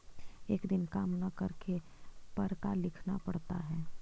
एक दिन काम न करने पर का लिखना पड़ता है?